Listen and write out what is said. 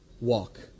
walk